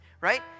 right